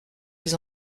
les